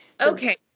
okay